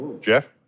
Jeff